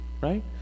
right